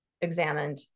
examined